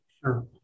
Sure